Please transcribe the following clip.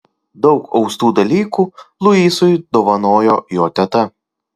daug austų dalykų luisui dovanojo jo teta